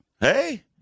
Hey